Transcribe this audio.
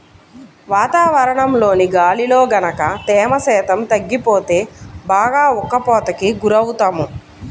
వాతావరణంలోని గాలిలో గనక తేమ శాతం తగ్గిపోతే బాగా ఉక్కపోతకి గురవుతాము